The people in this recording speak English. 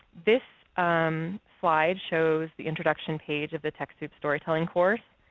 this slide shows the introduction page of the techsoup storytelling course.